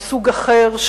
מסוג אחר,